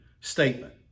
statement